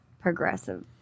progressive